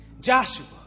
Joshua